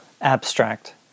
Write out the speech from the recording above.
Abstract